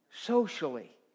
socially